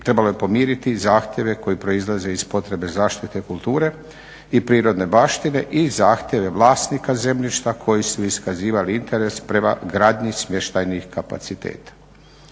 trebalo je podmiriti zahtjeve koji proizlaze iz potrebe zaštite kulture i prirodne baštine i zahtjeve vlasnika zemljišta koji su iskazivali interes prema gradnji smještajnih kapaciteta.